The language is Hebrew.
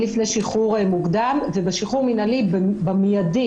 הן לפני שחרור מוקדם ובשחרור מינהלי - במיידי.